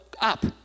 up